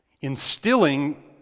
instilling